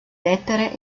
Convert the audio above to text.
lettere